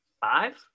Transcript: five